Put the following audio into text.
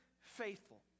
faithful